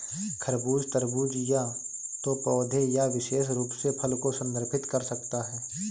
खरबूज, तरबूज या तो पौधे या विशेष रूप से फल को संदर्भित कर सकता है